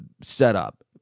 setup